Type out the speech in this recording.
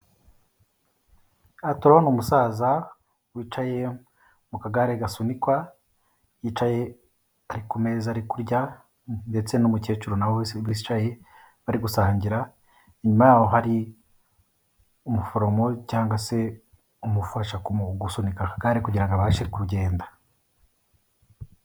Aha turabona umusaza wicaye mu kagare gasunikwa, yicaye ari ku meza ari kurya ndetse n'umukecuru na we wicaye bari gusangira, inyuma yaho hari umuforomo cyangwa se umufasha gusunika akagare kugira ngo abashe kugenda.